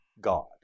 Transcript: God